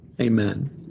Amen